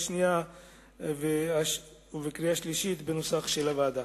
השנייה ובקריאה השלישית בנוסח המוגש על-ידי הוועדה.